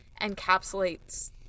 encapsulates